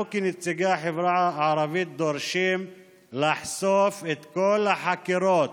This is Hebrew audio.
אנחנו כנציגי החברה הערבית דורשים לחשוף את כל החקירות